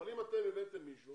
אבל אם אתם הבאתם מישהו